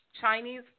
Chinese